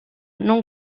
non